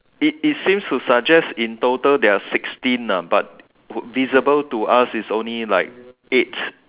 it it seems to suggest in total there are sixteen ah but visible to us is only like eight